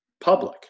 public